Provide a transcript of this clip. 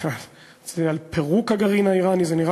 רציתי להגיד פירוק הגרעין האיראני,